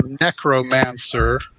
necromancer